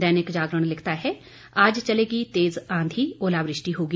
दैनिक जागरण लिखता है आज चलेगी तेज़ आंधी ओलावृष्टि होगी